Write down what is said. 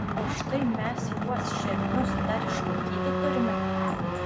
o štai mes juos šelmius dar išlaikyti turime